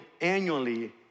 annually